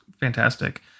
fantastic